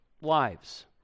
lives